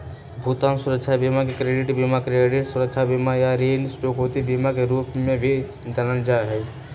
भुगतान सुरक्षा बीमा के क्रेडिट बीमा, क्रेडिट सुरक्षा बीमा, या ऋण चुकौती बीमा के रूप में भी जानल जा हई